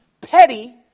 petty